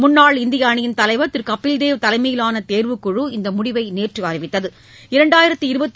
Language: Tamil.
முன்னாள் இந்திய அணியின் தலைவர் திரு கபில்தேவ் தலைமையிலான தேர்வுக்குழு இந்த முடிவை நேற்று அறிவித்தது